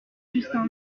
justin